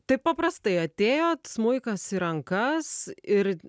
taip paprastai atėjo smuikas į rankas ir